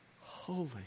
holy